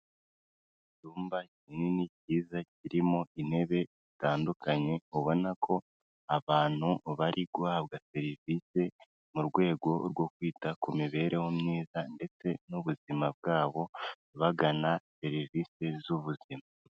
Icyumba kinini cyiza kirimo intebe zitandukanye, ubona ko abantu bari guhabwa serivisi mu rwego rwo kwita ku mibereho myiza ndetse n'ubuzima bwabo, bagana serivisi z'ubuzima.